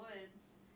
woods